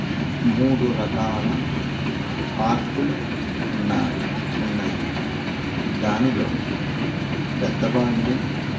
మూడు రకాల పార్కులు ఉన్నవి ఉన్నాయి దానిలో పెద్దవాళ్ళు